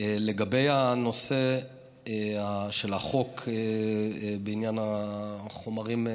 לגבי הנושא של החוק בעניין החומרים,